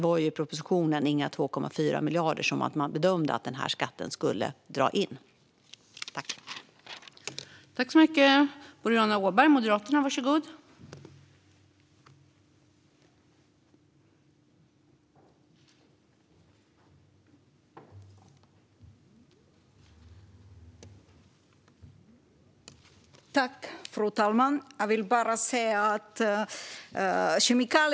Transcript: I propositionen gjordes alltså inte bedömningen att skatten skulle dra in några 2,4 miljarder.